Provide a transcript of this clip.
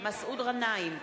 מסעוד גנאים,